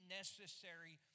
necessary